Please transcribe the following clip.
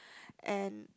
and